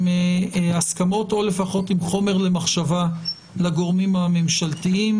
הסכמות או לפחות עם חומר למחשבה לגורמים הממשלתיים.